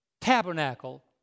tabernacle